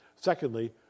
Secondly